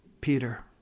Peter